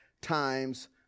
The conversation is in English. times